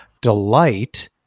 delight